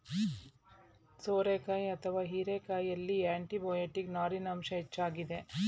ಸೋರೆಕಾಯಿ ಅಥವಾ ಹೀರೆಕಾಯಿಯಲ್ಲಿ ಆಂಟಿಬಯೋಟಿಕ್, ನಾರಿನ ಅಂಶ ಹೆಚ್ಚಾಗಿದೆ